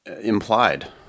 implied